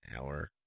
hour